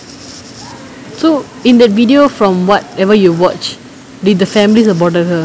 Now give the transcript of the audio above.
so in that video from whatever you watched did the family supported her